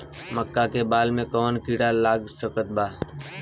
मका के बाल में कवन किड़ा लाग सकता?